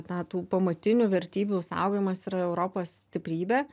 na tų pamatinių vertybių saugojimas yra europos stiprybė